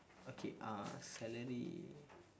okay uh celery